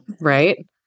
right